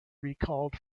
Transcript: recalled